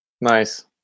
Nice